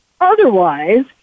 Otherwise